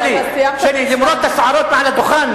שלי, למרוט שערות על לדוכן?